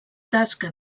tasca